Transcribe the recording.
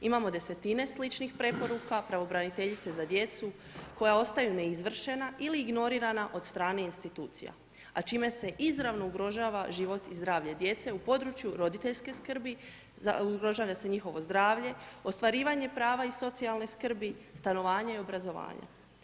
Imamo desetine sličnih preporuka Pravobraniteljice za djecu, koja ostaju neizvršena ili ignorirana od strane institucija, a čime se izravno ugrožava život i zdravlje djece u području roditeljske skrbi, ugrožava se njihovo zdravlje, ostvarivanje prava i socijalne skrbi, stanovanje i obrazovanje.